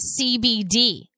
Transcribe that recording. CBD